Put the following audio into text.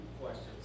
questions